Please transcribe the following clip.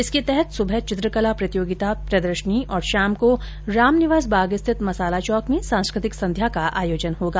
इसके तहत स्बह चित्रकला प्रतियोगिता प्रदर्शनी और शाम को रामनिवास बाग स्थित मसाला चौक में सांस्कृतिक संध्या का आयोजन किया जाएगा